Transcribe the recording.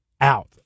out